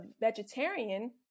vegetarian